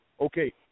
Okay